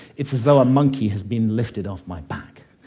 it's as though a monkey has been lifted off my back.